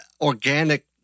organic